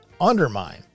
undermine